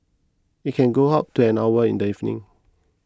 it can go up to an hour in the evening